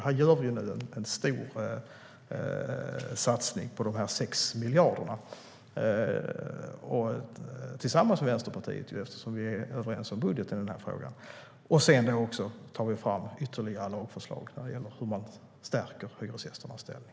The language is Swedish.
Här gör vi en stor satsning på de 6 miljarderna tillsammans med Vänsterpartiet - eftersom vi är överens om budgeten i frågan. Sedan tar vi fram ytterligare lagförslag i fråga om att stärka hyresgästernas ställning.